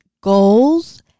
goals